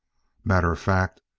matter of fact,